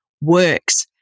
works